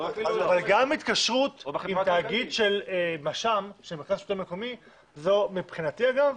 גם התקשרות עם תאגיד של מרכז שלטון מקומי זו מבחינתי אגב,